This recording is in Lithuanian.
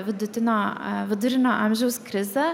vidutinio a vidurinio amžiaus krize